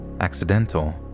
accidental